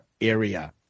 area